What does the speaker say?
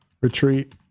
retreat